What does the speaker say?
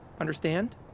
Understand